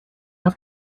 have